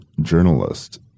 journalist